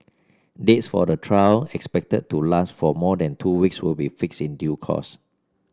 dates for the trial expected to last for more than two weeks will be fixed in due course